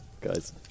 guys